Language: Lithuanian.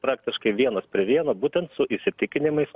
praktiškai vienas prie vieno būtent su įsitikinimais